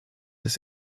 des